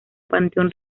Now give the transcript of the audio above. panteón